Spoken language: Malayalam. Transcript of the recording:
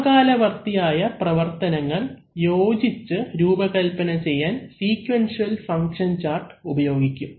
സമകാലവർത്തിയായ പ്രവർത്തനങ്ങൾ യോജിച്ച് രൂപകൽപ്പന ചെയ്യാൻ സ്വീകുവെന്ഷിയൽ ഫങ്ക്ഷൻ ചാർട്ട് ഉപയോഗിക്കും